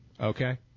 Okay